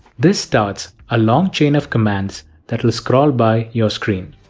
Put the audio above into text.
this starts a long chain of commands that will scroll by your screen.